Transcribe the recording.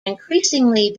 increasingly